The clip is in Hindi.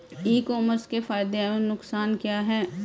ई कॉमर्स के फायदे एवं नुकसान क्या हैं?